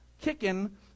kicking